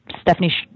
Stephanie